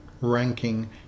ranking